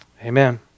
Amen